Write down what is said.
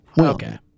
Okay